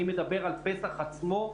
אני מדבר על פסח עצמו.